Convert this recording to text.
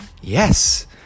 Yes